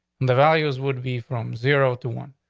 the values would be from zero to one,